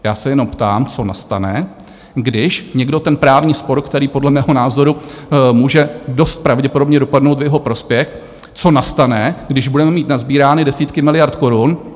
Já se jenom ptám, co nastane, když někdo ten právní spor, který podle mého názoru může dost pravděpodobně dopadnout v jeho prospěch, co nastane, když budeme mít nasbírány desítky miliard korun?